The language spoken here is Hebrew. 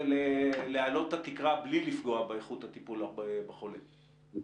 רוטשטיין העליתם סוגיה שנוגעת לבתי החולים הציבוריים